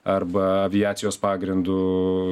arba aviacijos pagrindu